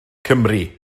cymry